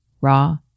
raw